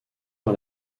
par